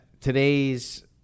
today's